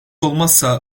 olmazsa